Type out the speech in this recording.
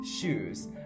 shoes